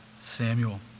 Samuel